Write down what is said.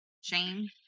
shame